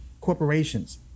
corporations